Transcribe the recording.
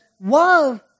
love